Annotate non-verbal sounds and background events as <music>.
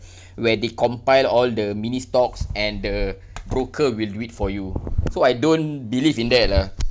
<breath> where they compile all the mini stocks and the broker will do it for you so I don't believe in that lah